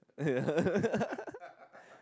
uh yeah